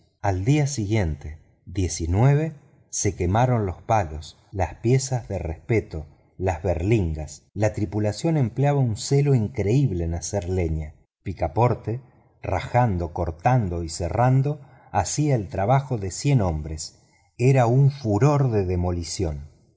al día siguiente se quemaron los palos las piezas de respeto las berlingas la tripulación empleaba un celo increíble en hacer leña picaporte rajando cortando y serrando hacía el trabajo de cien hombres era un furor de demolición